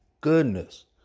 goodness